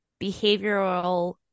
behavioral